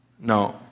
No